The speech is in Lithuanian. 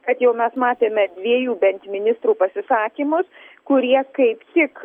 kad jau mes matėme dviejų bet ministrų pasisakymus kurie kaip tik